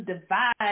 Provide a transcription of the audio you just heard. divide